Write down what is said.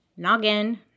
Noggin